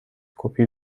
کپی